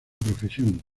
profesión